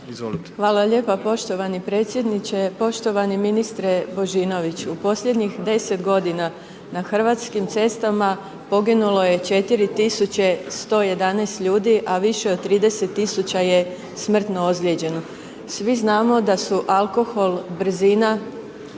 Hvala lijepo poštovani predsjedniče, poštovani ministre Božinoviću, u posljednjih 10 g. na hrvatskim cestama, poginulo je 4111 ljudi a više od 30000 je smrtno ozlijeđeno. Svi znamo da su alkohol, brzina,